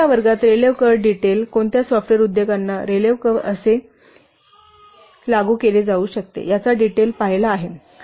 आम्ही या वर्गात रेले कर्व्ह डिटेलकोणत्या सॉफ्टवेयर उद्योगांना रेले कर्व्ह कसे लागू केले जाऊ शकते याचा डिटेल आम्ही पाहिला आहे